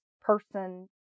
person